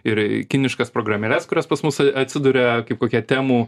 ir į kiniškas programėles kurios pas mus atsiduria kaip kokia temu